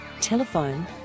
Telephone